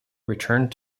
returned